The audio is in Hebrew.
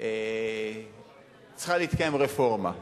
צריכה להתקיים רפורמה.